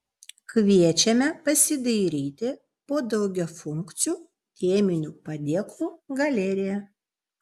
kviečiame pasidairyti po daugiafunkcių teminių padėklų galeriją